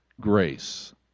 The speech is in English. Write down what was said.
Grace